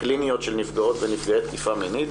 הקליניות של נפגעות ונפגעי תקיפה מינית,